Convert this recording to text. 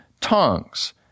tongues